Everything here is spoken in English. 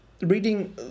reading